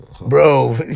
bro